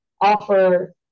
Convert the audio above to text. offer